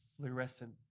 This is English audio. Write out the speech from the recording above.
fluorescent